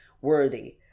worthy